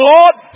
Lord